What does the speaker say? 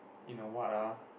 in a what ah